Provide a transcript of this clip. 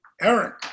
Eric